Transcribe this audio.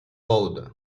old